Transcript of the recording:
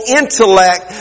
intellect